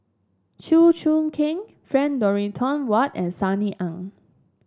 Chew Choo Keng Frank Dorrington Ward and Sunny Ang